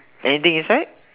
anything inside